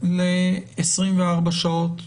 ל-24 שעות,